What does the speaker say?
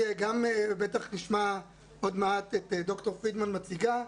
בטח נשמע עוד מעט את ד"ר פרידמן מציגה.